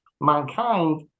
mankind